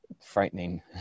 frightening